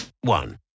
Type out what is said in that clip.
one